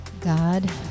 God